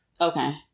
Okay